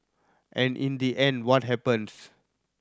and in the end what happens